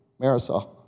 Marisol